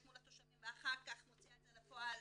מול התושבים ואחר כך מוציאה את זה לפועל